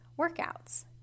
workouts